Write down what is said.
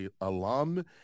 alum